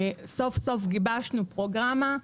סוף סוף גיבשנו פרוגרמה,